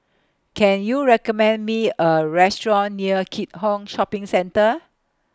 Can YOU recommend Me A Restaurant near Keat Hong Shopping Centre